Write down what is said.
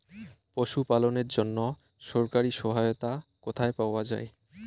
পশু পালনের জন্য সরকারি সহায়তা কোথায় পাওয়া যায়?